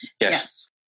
Yes